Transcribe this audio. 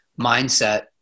mindset